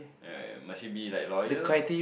ya ya must she be like loyal